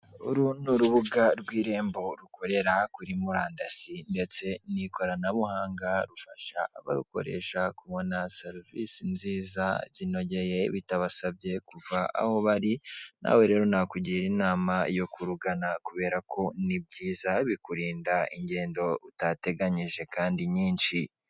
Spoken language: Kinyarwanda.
Uru ni urubuga rw'Irembo rukorera kuri murandasi ndetse n'ikoranabuhanga rufasha abarukoresha kubona servise nziza zinogeye bitabasabye kuva aho bari, nawe rero nakugira inama yo kurugana kubera ko ni byiza bikurinda ingendo utateganyije kandi nyinshi.